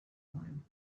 one